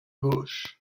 gauche